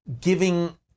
giving